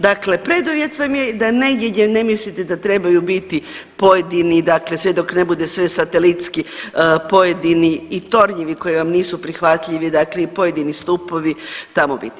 Dakle, preduvjet vam je da negdje gdje ne mislite da trebaju biti pojedini, dakle svjedok ne bude sve satelitski pojedini i tornjevi koji vam nisu prihvatljivi, dakle i pojedini stupovi tamo biti.